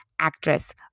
actress